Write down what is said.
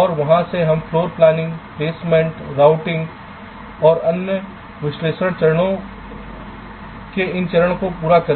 और वहां से हम floor planning प्लेसमेंट राउटिंग और अन्य विश्लेषण चरणों के इस चरणों को पूरा करेंगे